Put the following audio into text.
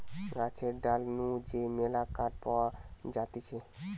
গাছের ডাল নু যে মেলা কাঠ পাওয়া যাতিছে